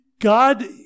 God